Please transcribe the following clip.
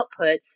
outputs